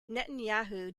netanyahu